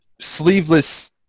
sleeveless